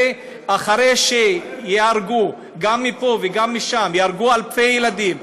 ואחרי שייהרגו גם מפה וגם משם אלפי ילדים,